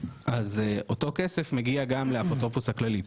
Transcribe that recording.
אז אותו כסף מגיע גם לאפוטרופוס הכללי,